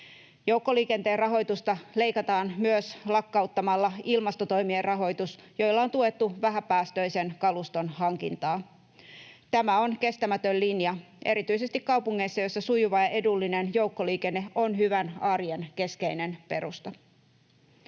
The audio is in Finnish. Joukkoliikenteen rahoitusta leikataan myös lakkauttamalla ilmastotoimien rahoitus, jolla on tuettu vähäpäästöisen kaluston hankintaa. Tämä on kestämätön linja erityisesti kaupungeissa, joissa sujuva ja edullinen joukkoliikenne on hyvän arjen keskeinen perusta.